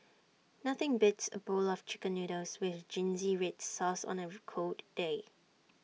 nothing beats A bowl of Chicken Noodles with Zingy Red Sauce on A cold day